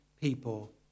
people